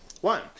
One